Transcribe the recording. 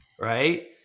Right